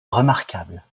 remarquable